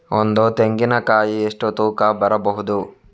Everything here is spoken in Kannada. ಒಂದು ತೆಂಗಿನ ಕಾಯಿ ಎಷ್ಟು ತೂಕ ಬರಬಹುದು?